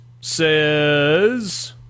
says